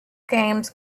games